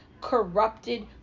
corrupted